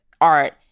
art